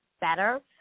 better